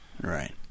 Right